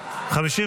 נתקבלה.